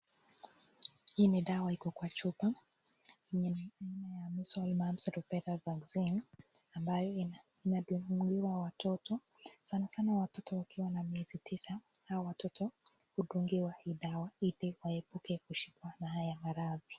Hii ni dawa iko kwa chupa yenye aina ya measles, mumps na rubella vaccine ambayo inadungiwa watoto. Sana watoto wakiwa na miezi tisa na hawa watoto hudungiwa hii dawa hizo ili waepuke kushikwa na hio maradhi.